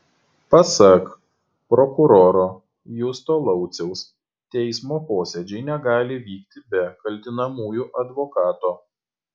pasak prokuroro justo lauciaus teismo posėdžiai negali vykti be kaltinamųjų advokato